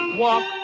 walk